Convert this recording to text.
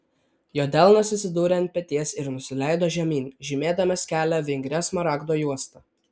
jo delnas atsidūrė ant peties ir nusileido žemyn žymėdamas kelią vingria smaragdo juosta